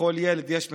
לכל ילד יש מחשב?